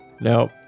Nope